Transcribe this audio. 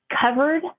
covered